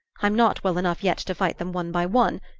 i'm not well enough yet to fight them one by one,